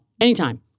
anytime